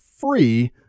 free